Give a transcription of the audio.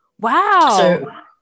Wow